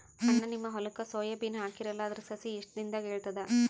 ಅಣ್ಣಾ, ನಿಮ್ಮ ಹೊಲಕ್ಕ ಸೋಯ ಬೀನ ಹಾಕೀರಲಾ, ಅದರ ಸಸಿ ಎಷ್ಟ ದಿಂದಾಗ ಏಳತದ?